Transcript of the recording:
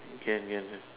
can can can